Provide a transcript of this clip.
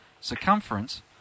circumference